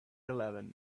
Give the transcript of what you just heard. eleven